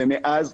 ומאז,